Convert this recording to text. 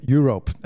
Europe